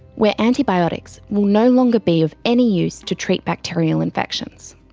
where antibiotics will no longer be of any use to treat bacterial infections.